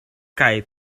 kaj